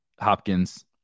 Hopkins